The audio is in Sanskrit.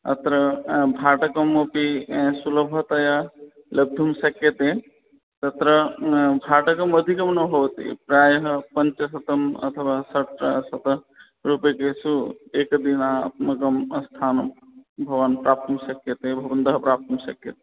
अत्र भाटकम् अपि सुलभतया लब्धुं शक्यते तत्र भाटकम् अधिकं न भवति प्रायः पञ्चशतम् अथवा षट्शतं रूप्यकेषु एकदिनात्मकं स्थानं भवान् प्राप्तुं शक्यते भवन्तः प्राप्तुं शक्यते